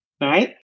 right